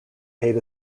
paid